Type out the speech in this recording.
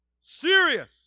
serious